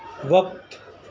وقت